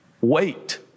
Wait